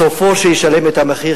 סופו שישלם את המחיר,